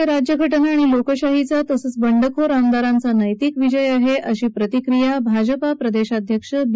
हा राज्यघटना आणि लोकशाहीचा तसंच बंडखोर आमदारांचा नैतिक विजय आहे अशी प्रतिक्रिया भाजपा प्रदेशाध्यक्ष बी